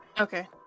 Okay